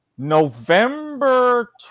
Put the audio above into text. November